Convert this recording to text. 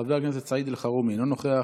חבר הכנסת סעיד אלחרומי, אינו נוכח.